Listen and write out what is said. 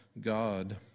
God